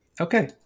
Okay